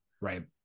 right